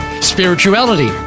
spirituality